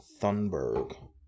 Thunberg